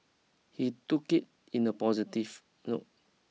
he took it in a positive note